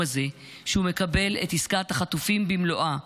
הזה שהוא מקבל את עסקת החטופים במלואה,